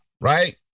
right